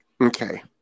Okay